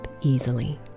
easily